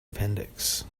appendix